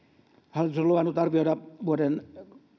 hallitus on luvannut arvioida vuoden